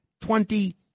twenty